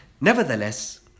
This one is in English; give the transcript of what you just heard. Nevertheless